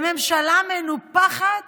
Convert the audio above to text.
לממשלה מנופחת